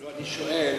אני שואל,